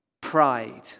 pride